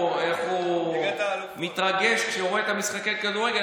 איך הוא מתרגש כשהוא רואה את משחקי הכדורגל.